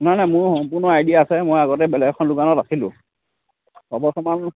নাই নাই মোৰ সম্পূৰ্ণ আইডিয়া আছে মই আগতে বেলেগ এখন দোকানত আছিলোঁ